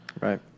Right